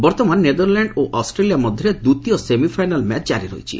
ବର୍ଉମାନ ନେଦର୍ଲ୍ୟାଣ୍ସ୍ ଓ ଅଷ୍ଟ୍ରେଲିୟା ମଧ୍ଧରେ ଦିତୀୟ ସେମିଫାଇନାଲ୍ ମ୍ୟାଚ୍ ଜାରି ରହିଛି